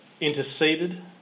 interceded